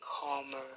calmer